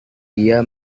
dia